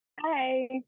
Hi